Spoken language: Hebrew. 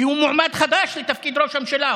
כי הוא מועמד חדש לתפקיד ראש הממשלה.